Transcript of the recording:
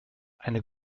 eine